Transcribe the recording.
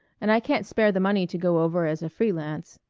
and i can't spare the money to go over as a free-lance.